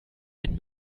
wenn